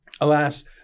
Alas